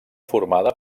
formada